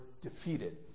defeated